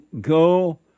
go